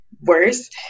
worse